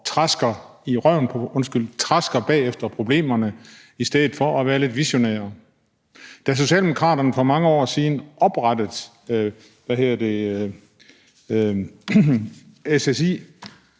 trasker bagefter problemerne i stedet for at være lidt visionære. Da Socialdemokraterne for mange år siden oprettede SSI,